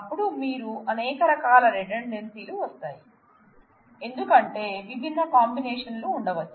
అప్పుడు మీరు అనేక రకాల రిడండాన్సీలు వస్తాయి ఎందుకంటే విభిన్న కాంబినేషన్లు ఉండవచ్చు